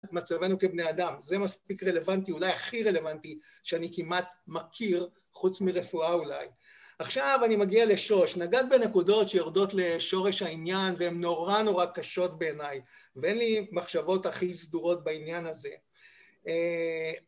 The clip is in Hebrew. מצבנו כבני אדם. זה מספיק רלוונטי, אולי הכי רלוונטי שאני כמעט מכיר, חוץ מרפואה אולי. עכשיו אני מגיע לשורש. נגעת בנקודות שיורדות לשורש העניין והן נורא נורא קשות בעיניי, ואין לי מחשבות הכי סדורות בעניין הזה. אהה..